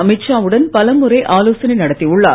அமித்ஷா உடன் பலமுறை ஆலோசனை நடத்தி உள்ளார்